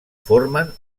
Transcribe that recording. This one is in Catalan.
formen